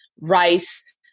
rice